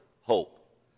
hope